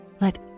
let